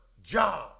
Job